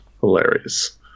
Hilarious